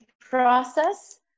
process